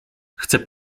chcę